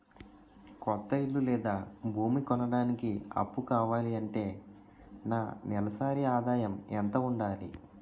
కొత్త ఇల్లు లేదా భూమి కొనడానికి అప్పు కావాలి అంటే నా నెలసరి ఆదాయం ఎంత ఉండాలి?